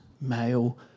male